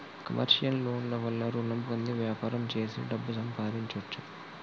commercial loan ల వల్ల రుణం పొంది వ్యాపారం చేసి డబ్బు సంపాదించొచ్చు